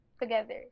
together